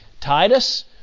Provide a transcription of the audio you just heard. Titus